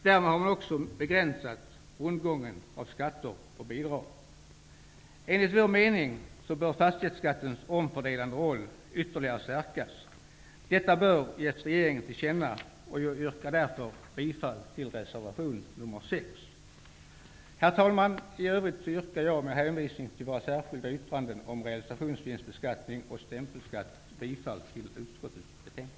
Därmed har man också begränsat rundgången av skatter och bidrag. Enligt vår mening bör fastighetsskattens omfördelande roll ytterligare stärkas. Detta bör ges regeringen till känna, och jag yrkar därför bifall till reservation nr 6. Herr talman! I övrigt yrkar jag med hänvisning till våra särskilda yttranden om realisationsvinstbeskattning och stämpelskatt bifall till utskottets hemställan.